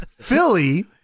Philly